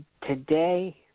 today